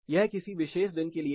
यह किसी विशेष दिन के लिए है